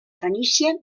fenícia